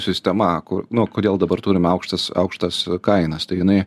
sistema kur nu kodėl dabar turime aukštas aukštas kainas tai jinai